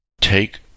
take